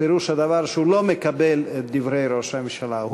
פירוש הדבר שהוא לא מקבל את דברי ראש הממשלה.